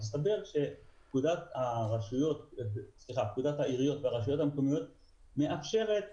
מסתבר שפקודת העיריות והרשויות המקומיות מאפשרת